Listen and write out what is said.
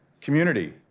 Community